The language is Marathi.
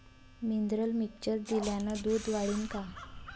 मिनरल मिक्चर दिल्यानं दूध वाढीनं का?